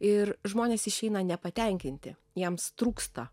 ir žmonės išeina nepatenkinti jiems trūksta